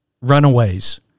Runaways